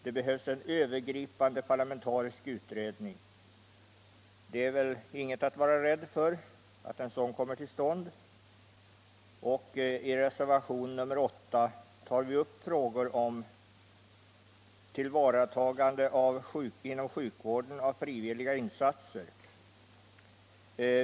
Det behövs en övergripande parlamentarisk utredning. Att en sådan kommer till stånd är väl inget att vara rädd för? I reservation nr 8 tar vi upp frågor om tillvaratagande inom sjukvården av frivilliga insatser.